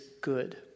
good